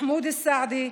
מחמוד אלסעדי,